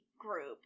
group